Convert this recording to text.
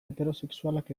heterosexualak